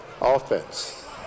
Offense